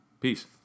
peace